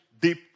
deep